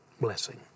blessing